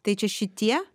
tai čia šitie